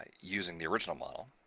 using the original model.